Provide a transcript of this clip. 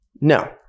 no